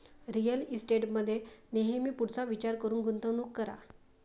real इस्टेटमध्ये नेहमी पुढचा विचार करून गुंतवणूक करा